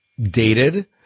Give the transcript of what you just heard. dated